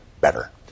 better